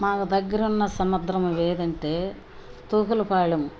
మాకు దగ్గర ఉన్న సముద్రము ఏది అంటే తూకులపాలెం